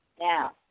Now